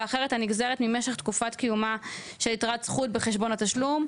אחרת הנגזרת ממשך תקופת קיומה של יתרת זכות בחשבון התשלום,